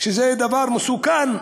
שזה דבר מסוכן,